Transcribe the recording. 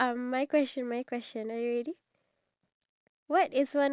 oh you know what my performance right the dance right it's very